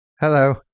Hello